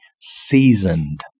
seasoned